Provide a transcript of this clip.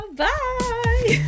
bye